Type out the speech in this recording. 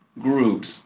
groups